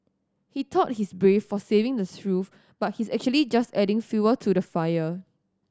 he thought he's brave for saying the truth but he's actually just adding fuel to the fire